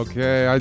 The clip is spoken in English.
Okay